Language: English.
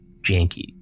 Janky